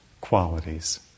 qualities